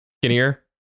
skinnier